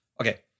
Okay